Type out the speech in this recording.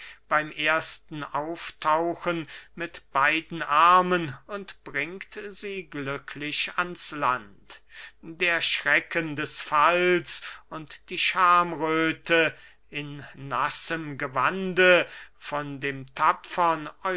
beym ersten auftauchen mit beiden armen und bringt sie glücklich ans land der schrecken des falls und die schamröthe in nassem gewande von dem tapfern